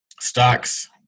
stocks